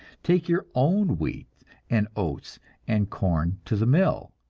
take your own wheat and oats and corn to the mill,